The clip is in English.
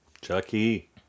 Chucky